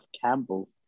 Campbell